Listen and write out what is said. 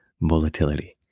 volatility